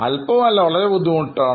അല്പം അല്ല വളരെ ബുദ്ധിമുട്ടാണ്